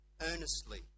earnestly